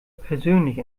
persönlich